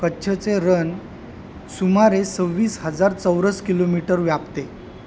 कच्छचे रण सुमारे सव्वीस हजार चौरस किलोमीटर व्यापते